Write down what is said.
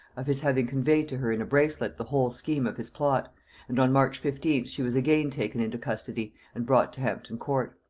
of his having conveyed to her in a bracelet the whole scheme of his plot and on march fifteenth she was again taken into custody and brought to hampton-court.